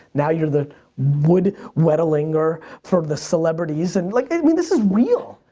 now you're the wood whittlinger for the celebrities and like i mean this is real,